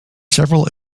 several